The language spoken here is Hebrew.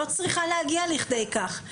לא צריכה להגיע לידי כך.